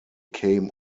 came